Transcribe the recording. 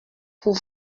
pour